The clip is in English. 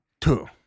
two